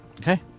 okay